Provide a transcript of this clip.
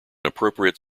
appropriate